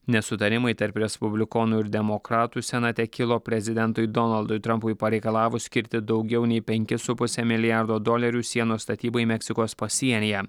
nesutarimai tarp respublikonų ir demokratų senate kilo prezidentui donaldui trampui pareikalavus skirti daugiau nei penkis su puse milijardo dolerių sienos statybai meksikos pasienyje